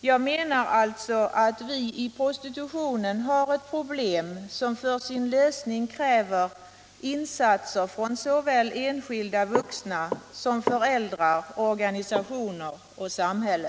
Jag menar att vi i prostitutionen har ett problem som för sin lösning kräver insatser såväl från enskilda vuxna som från föräldrar, organisationer och samhälle.